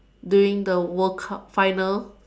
during the world cup finals